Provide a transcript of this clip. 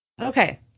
Okay